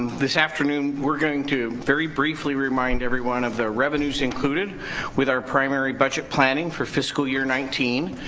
this afternoon we're going to very briefly remind everyone of the revenues included with our primary budget planning for fiscal year nineteen,